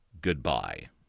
goodbye